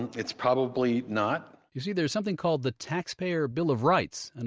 and it's probably not you see, there is something called the taxpayers bill of rights, and